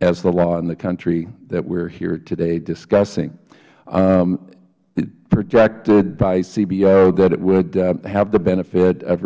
as the law in the country that we are here today discussing projected by cbo that it would have the benefit of